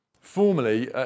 Formerly